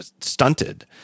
stunted